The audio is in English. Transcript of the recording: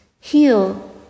heal